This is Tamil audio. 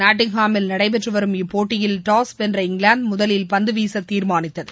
நாட்டிங்காமில் நடைபெற்று வரும் இப்போட்டியில் டாஸ் வென்ற இங்கிலாந்து முதலில் பந்து வீச தீர்மானித்தது